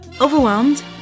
overwhelmed